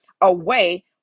away